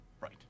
Right